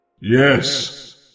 Yes